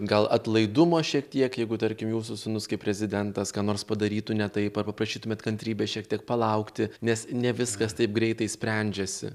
gal atlaidumo šiek tiek jeigu tarkim jūsų sūnus kaip prezidentas ką nors padarytų ne taip ar paprašytumėt kantrybės šiek tiek palaukti nes ne viskas taip greitai sprendžiasi